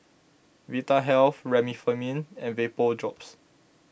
Vitahealth Remifemin and Vapodrops